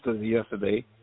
yesterday